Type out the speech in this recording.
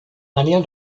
daniel